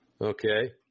Okay